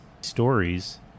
stories